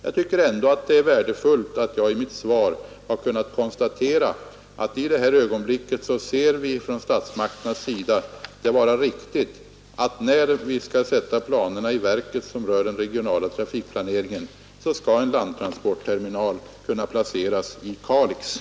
Jag tycker ändå att det är värdefullt att jag i mitt svar har kunnat konstatera att vi från statsmakternas sida i det här ögonblicket anser det vara riktigt att en landtransportterminal placeras i Kalix när det blir dags att sätta planerna för den regionala trafikplaneringen i verket.